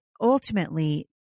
ultimately